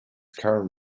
current